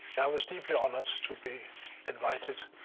i was deeply honored to be invited.